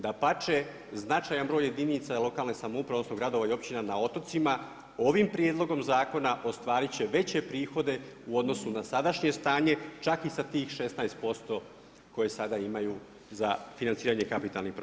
Dapače, značajan broj jedinica lokalne samouprave, odnosno gradova i općina na otocima ovim prijedlogom zakona ostvarit će veće prihode u odnosu na sadašnje stanje čak i sa tih 16% koje sada imaju za financiranje kapitalnih projekata.